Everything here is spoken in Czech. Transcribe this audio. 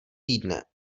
týdne